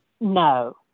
No